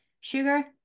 sugar